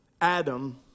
Adam